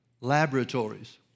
laboratories